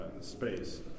space